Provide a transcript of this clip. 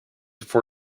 for